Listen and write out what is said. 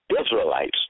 Israelites